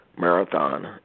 marathon